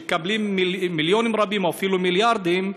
שמקבלים מיליונים רבים או אפילו מיליארדים,